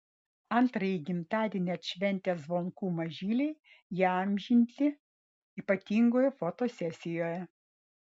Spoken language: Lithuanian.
antrąjį gimtadienį atšventę zvonkų mažyliai įamžinti ypatingoje fotosesijoje